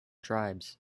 tribes